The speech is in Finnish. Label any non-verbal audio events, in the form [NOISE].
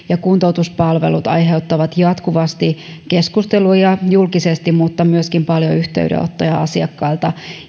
[UNINTELLIGIBLE] ja kuntoutuspalvelut aiheuttavat jatkuvasti keskusteluja julkisesti mutta myöskin paljon yhteydenottoja asiakkailta